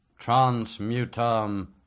transmutum